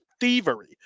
thievery